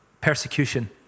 persecution